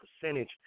percentage